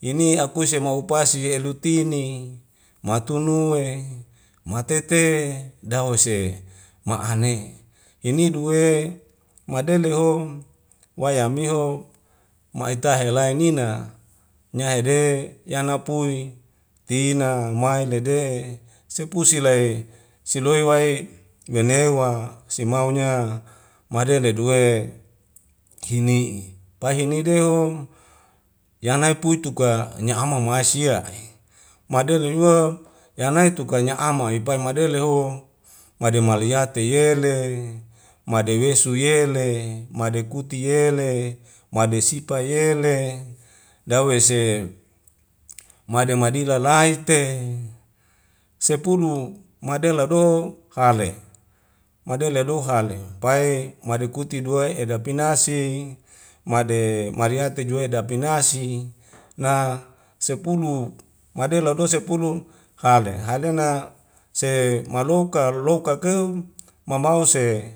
Ini akuse ma upasie lutini matunue matete dawese ma'ane ini duwe madeleho wayameho ma'etai helai nina nyahede yana pui tina mailede sepu silai seloi wai menewa simaunya made neduwe hini'i pa'hinedeho yanai puituka nya ama mawai sia madelehua yanai tuka nya ama ipai madeleho made maliyati yele made wesu yele made kuti yele made sipa yela dawese made madila lae te sepulu madela doho hale madele dohale pai made kuti duwe'e dapinasi made madeate jue dapinasi na sepulu madela lua sepelu hale halena se malouka loka keu ma mau se